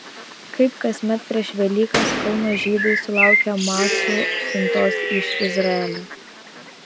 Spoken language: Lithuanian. kaip kasmet prieš velykas kauno žydai sulaukė macų siuntos iš izraelio